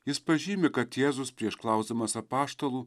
jis pažymi kad jėzus prieš klausdamas apaštalų